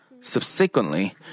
Subsequently